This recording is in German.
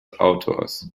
autors